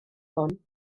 hwn